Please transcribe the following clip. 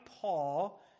Paul